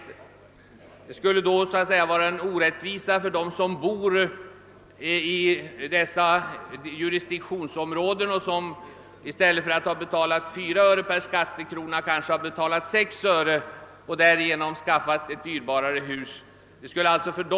Tillämpar man den i propositionen föreslagna metoden skulle det, menar man, vara orättvist mot dem som bor i dessa jurisdiktionsområden och som i stället för att betala 4 öre per skattekrona kanske betalat 6 öre och därigenom skaffat ett dyrbarare hus.